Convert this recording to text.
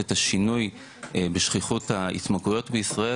את השינוי בשכיחות ההתמכרויות בישראל,